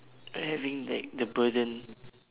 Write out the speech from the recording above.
as in like the burden